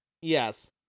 Yes